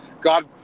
God